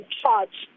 charge